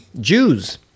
Jews